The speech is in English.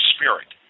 Spirit